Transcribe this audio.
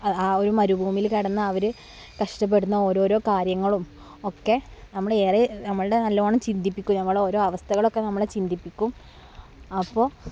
ആ ഒരു മരുഭൂമിയിൽ കിടന്ന് അവർ കഷ്ടപ്പെടുന്ന ഓരോരോ കാര്യങ്ങളും ഒക്കെ നമ്മളെ ഏറെ നമ്മളുടെ നല്ലവണ്ണം ചിന്തിപ്പിക്കും ഞമ്മടെ ഓരോ അവസ്ഥകളൊക്കെ നമ്മളെ ചിന്തിപ്പിക്കും അപ്പോൾ